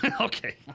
Okay